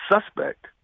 suspect